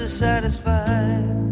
satisfied